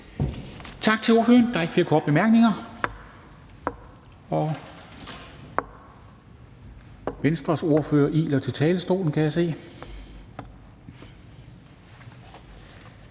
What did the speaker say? Tak til ordføreren. Der er ikke flere korte bemærkninger. Venstres ordfører iler til talerstolen, kan jeg se.